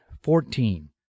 fourteen